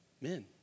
Men